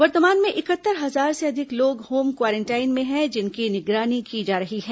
वर्तमान में इकहत्तर हजार से अधिक लोग होम क्वॉरेंटाइन में है जिनकी निगरानी की जा रही है